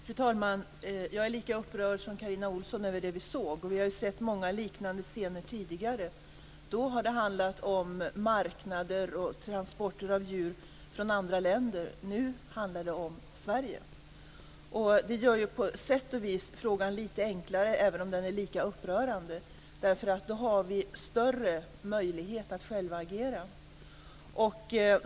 Fru talman! Jag är lika upprörd som Carina Ohlsson över det vi såg. Vi har sett många liknande scener tidigare. Då har det handlat om marknader och transporter av djur i andra länder. Nu handlar det om Sverige. Det gör på sätt och vis frågan lite enklare även om den är lika upprörande därför att vi då har lite större möjligheter att agera.